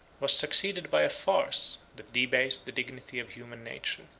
was succeeded by a farce, that debased the dignity of human nature.